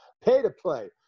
Pay-to-play